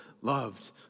loved